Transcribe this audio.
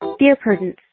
dear prudence.